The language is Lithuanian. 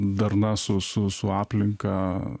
darna su su su aplinka